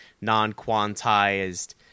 non-quantized